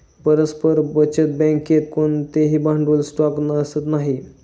परस्पर बचत बँकेत कोणतेही भांडवल स्टॉक असत नाही